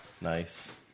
Nice